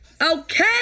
Okay